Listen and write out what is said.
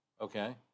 Okay